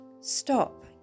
stop